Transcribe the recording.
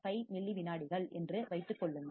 5 milli விநாடிகள் என்று வைத்துக் கொள்ளுங்கள்